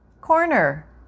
corner